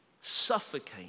suffocate